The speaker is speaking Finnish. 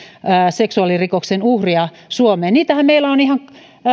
seksuaalirikoksen uhria suomeen niitähän meillä on ihan